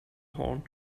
horn